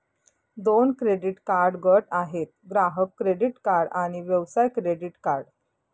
दोन credit card गट आहेत, ग्राहक क्रेडिट कार्ड आणि व्यवसाय क्रेडिट कार्ड